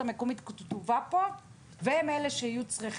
המקומית כתובה פה והם אלה שיהיו צריכים.